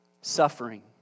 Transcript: suffering